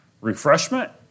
refreshment